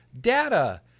data